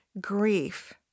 grief